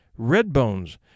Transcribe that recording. Redbones